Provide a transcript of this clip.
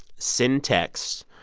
send texts,